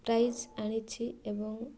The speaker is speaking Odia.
ପ୍ରାଇଜ୍ ଆଣିଛି ଏବଂ